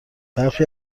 برخی